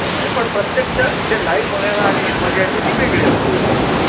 हो नाही पण प्रत्यक्ष जे लाईव बघायला आणि हे मजा येते ती वेगळी असते एवढ्याचसाठी